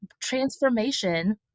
transformation